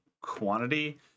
quantity